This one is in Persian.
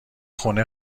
خونه